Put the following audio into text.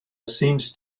seems